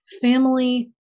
family